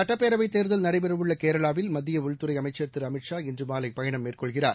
சட்டப்பேரவைத் தேர்தல் நடைபெறவுள்ளகேரளாவில் மத்தியஉள்துறைஅமைச்சா் திருஅமித்ஷா இன்றமாலையயணம் மேற்கொள்கிறார்